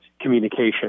communication